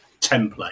template